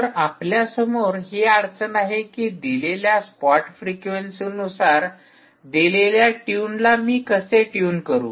तर आपल्यासमोर ही अडचण आहे कि की दिलेल्या स्पॉट फ्रिक्वेंसी नुसार दिलेल्या ट्यूनला मी कसे ट्यून करू